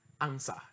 answer